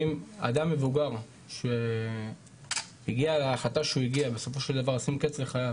ואם אדם מבוגר שהגיע להחלטה שהוא הגיע בסופו של דבר לשים קץ לחייו,